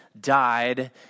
died